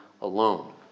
alone